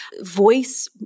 voice